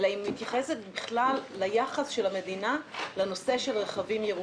אלא היא מתייחסת בכלל ליחס של המדינה לנושא של רכבים ירוקים.